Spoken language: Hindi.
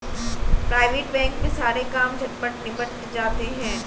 प्राइवेट बैंक में सारे काम झटपट निबट जाते हैं